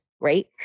right